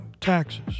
taxes